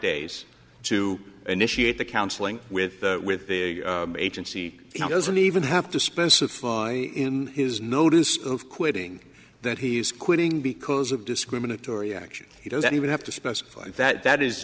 days to initiate the counseling with with the agency he doesn't even have to specify in his notice of quitting that he's quitting because of discriminatory action he doesn't even have to specify that that is